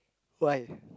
why